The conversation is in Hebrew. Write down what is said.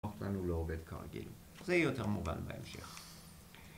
...לא עובד כרגיל. ‫זה יותר מובן בהמשך.